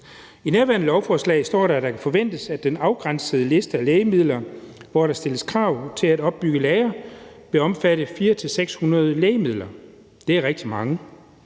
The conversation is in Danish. I nærværende lovforslag står der, at det kan forventes, at den afgrænsede liste over lægemidler, som der stilles krav om at opbygge lagre af, vil omfatte 400-600 lægemidler – det er rigtig mange.